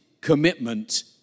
commitment